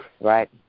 Right